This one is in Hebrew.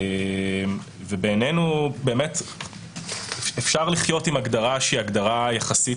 ובעינינו באמת אפשר לחיות עם הגדרה יחסית